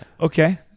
Okay